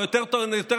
או יותר נכון,